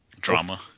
drama